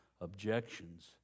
objections